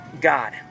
God